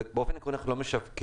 באופן עקרוני אנחנו לא משווקים.